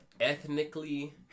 ethnically